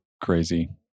crazy